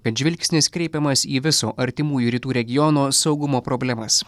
kad žvilgsnis kreipiamas į viso artimųjų rytų regiono saugumo problemas